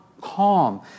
calm